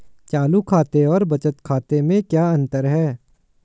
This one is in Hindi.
चालू खाते और बचत खाते में क्या अंतर है?